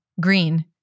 green